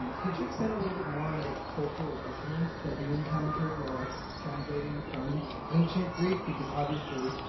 could you expand a little bit more on the cultural dissonance that you encountered while translating from ancient greek because, obviously,